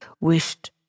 wished